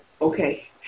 okay